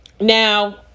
Now